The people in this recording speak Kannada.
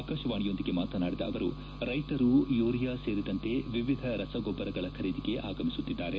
ಆಕಾಶವಾಣಿಯೊಂದಿಗೆ ಮಾತನಾಡಿದ ಅವರು ರೈತರು ಯೂರಿಯಾ ಸೇರಿದಂತೆ ವಿವಿಧ ರಸಗೊಬ್ಬರಗಳ ಖರೀದಿಗೆ ಆಗಮಿಸುತ್ತಿದ್ದಾರೆ